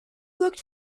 looked